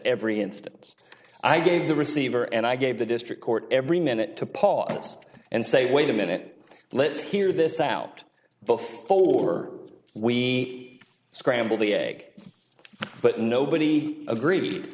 every instance i gave the receiver and i gave the district court every minute to pause and say wait a minute let's hear this out the fuller we scramble the egg but nobody agree